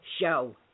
show